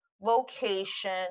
location